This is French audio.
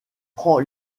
prend